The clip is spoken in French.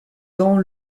dans